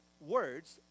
words